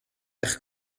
eich